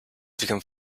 become